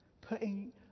Putting